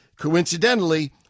coincidentally